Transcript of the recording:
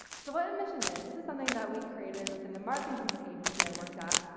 so what a and mission is this is something that we created within the marketing agency i worked at.